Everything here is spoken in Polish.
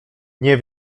nie